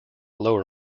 lower